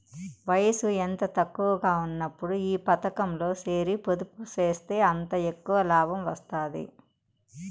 వయసు ఎంత తక్కువగా ఉన్నప్పుడు ఈ పతకంలో సేరి పొదుపు సేస్తే అంత ఎక్కవ లాబం వస్తాది